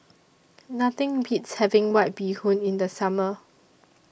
Nothing Beats having White Bee Hoon in The Summer